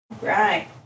Right